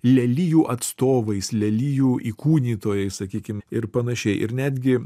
lelijų atstovais lelijų įkūnytojais sakykim ir panašiai ir netgi